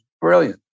brilliant